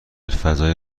فضای